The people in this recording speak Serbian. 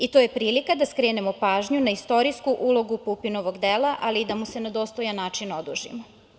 I to je prilika da skrenemo pažnju na istorijsku ulogu Pupinovog dela, ali i da mu se na dostojan način odužimo.